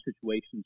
situations